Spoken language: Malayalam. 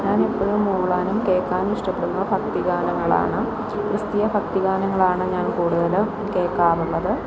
ഞാൻ എപ്പോഴും മൂളാനും കേൾക്കാനും ഇഷ്ടപ്പെടുന്നത് ഭക്തിഗാനങ്ങളാണ് ക്രിസ്തീയ ഭക്തിഗാനങ്ങളാണ് ഞാൻ കൂടുതലും കേൾക്കാറുള്ളത്